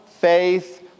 faith